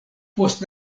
post